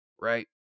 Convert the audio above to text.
Right